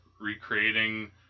recreating